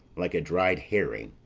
like a dried herring.